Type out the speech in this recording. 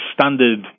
standard